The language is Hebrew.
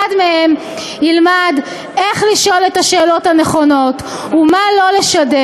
אחד מהם ילמד איך לשאול את השאלות הנכונות ומה לא לשדר,